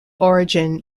origin